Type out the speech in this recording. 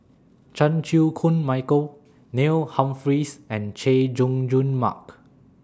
Chan Chew Koon Michael Neil Humphreys and Chay Jung Jun Mark